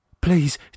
Please